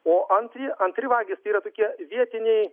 o antri antri vagys tai yra tokie vietiniai